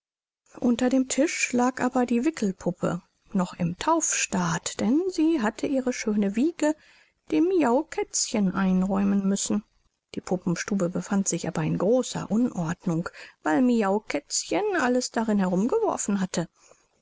unter dem tisch lag aber die wickelpuppe noch im taufstaat denn sie hatte ihre schöne wiege dem miaukätzchen einräumen müssen die puppenstube befand sich aber in großer unordnung weil miaukätzchen alles darin herumgeworfen hatte